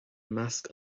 measc